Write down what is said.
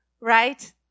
Right